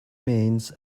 means